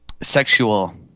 sexual